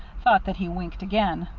thought that he winked again.